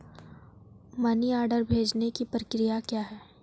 Money order भेजने की प्रक्रिया क्या है?